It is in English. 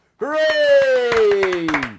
Hooray